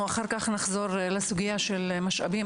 נחזור אחר כך לסוגיית המשאבים.